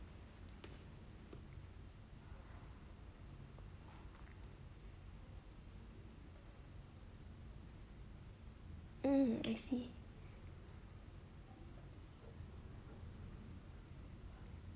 mm I see